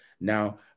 Now